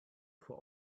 for